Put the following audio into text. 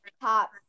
top